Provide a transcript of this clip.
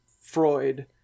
Freud